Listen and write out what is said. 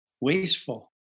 wasteful